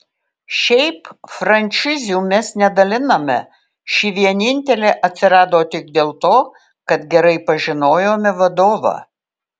šiaip frančizių mes nedaliname ši vienintelė atsirado tik dėl to kad gerai pažinojome vadovą